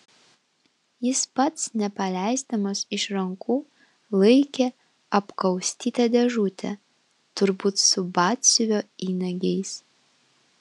jis pats nepaleisdamas iš rankų laikė apkaustytą dėžutę turbūt su batsiuvio įnagiais